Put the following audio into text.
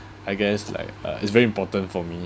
I guess like uh it's very important for me